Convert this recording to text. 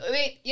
Wait